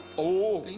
oh,